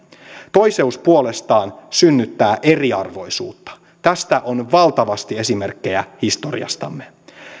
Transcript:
toiseus puolestaan synnyttää eriarvoisuutta tästä on valtavasti esimerkkejä historiastamme